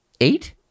eight